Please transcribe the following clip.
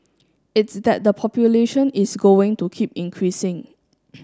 it's that the population is going to keep increasing